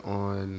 on